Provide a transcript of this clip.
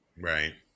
right